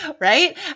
right